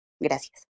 Gracias